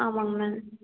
ஆமாங்க மேம்